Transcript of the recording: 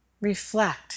reflect